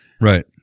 right